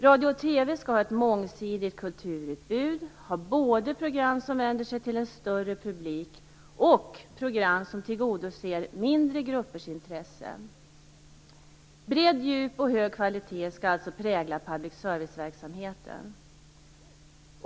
Radio och TV skall ha ett mångsidigt kulturutbud, ha både program som vänder sig till en större publik och program som tillgodoser mindre gruppers intressen. Bredd, djup och hög kvalitet skall prägla public service-verksamheten.